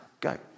Go